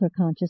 superconscious